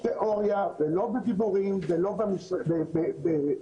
אדם שנחשף בצעירותו,